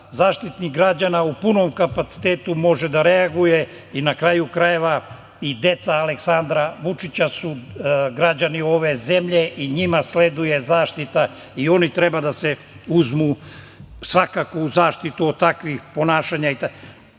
Zaštitnik građana u punom kapacitetu može da reaguje i na kraju krajeva i deca Aleksandra Vučića su građani ove zemlje i njima sleduje zaštita i oni treba da se uzmu svakako u zaštitu od takvih ponašanja. Optužuju,